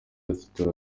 ati